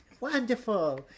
Wonderful